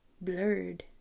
blurred